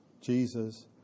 Jesus